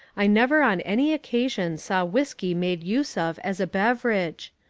i never on any occasion saw whiskey made use of as a beverage.